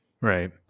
Right